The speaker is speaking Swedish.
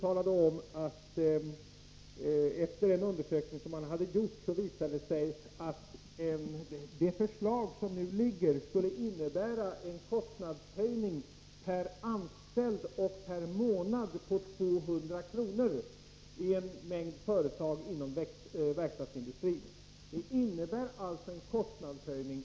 Enligt en undersökning som Verkstadsföreningen hade gjort visade det sig att det förslag som nu föreligger skulle innebära en kostnadshöjning per anställd och månad på 200 kr. i en mängd företag inom verkstadsindustrin. Löntagarfonderna medför alltså en kostnadshöjning.